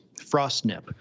frostnip